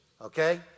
okay